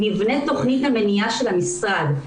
נבנה תכנית המניעה של המשרד.